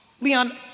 Leon